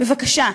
בבקשה,